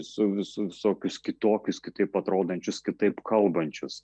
su visu visokius kitokius kitaip atrodančius kitaip kalbančius